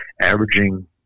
averaging